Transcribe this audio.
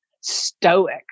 stoic